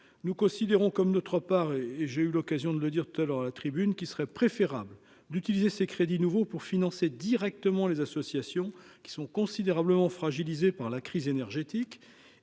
nous considérons comme notre part et et j'ai eu l'occasion de le dire tout à l'heure à la tribune qu'il serait préférable d'utiliser ces crédits nouveaux pour financer directement les associations qui sont considérablement fragilisé par la crise énergétique